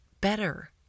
better